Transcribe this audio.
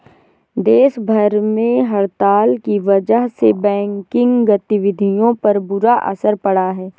देश भर में हड़ताल की वजह से बैंकिंग गतिविधियों पर बुरा असर पड़ा है